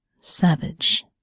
savage